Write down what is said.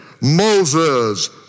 Moses